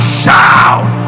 shout